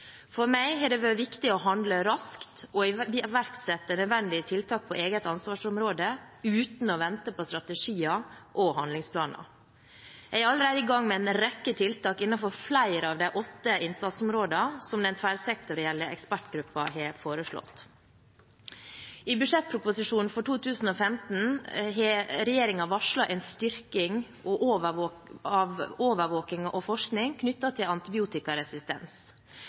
For meg har det vært viktig å handle raskt og iverksette nødvendige tiltak på eget ansvarsområde uten å vente på strategier og handlingsplaner. Jeg er allerede i gang med en rekke tiltak innenfor flere av de åtte innsatsområdene som den tverrsektorielle ekspertgruppen har foreslått. I budsjettproposisjonen for 2015 har regjeringen varslet en styrking av overvåking og forskning knyttet til antibiotikaresistens,